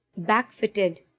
Backfitted